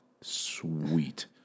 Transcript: sweet